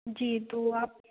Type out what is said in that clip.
जी तो आप